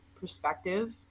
perspective